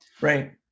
Right